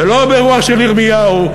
ולא ברוח של ירמיהו,